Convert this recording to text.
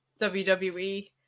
WWE